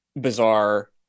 bizarre